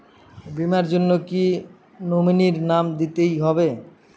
বীমার জন্য কি নমিনীর নাম দিতেই হবে?